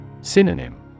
Synonym